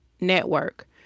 network